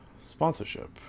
sponsorship